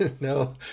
no